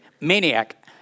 Maniac